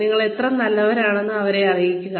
നിങ്ങൾ എത്ര നല്ലവനാണെന്ന് അവരെ അറിയിക്കുക